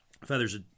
feathers